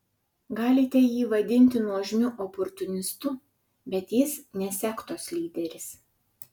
galite jį vadinti nuožmiu oportunistu bet jis ne sektos lyderis